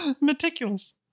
Meticulous